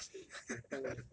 想当年